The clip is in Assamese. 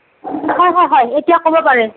হয় হয় হয় এতিয়া ক'ব পাৰে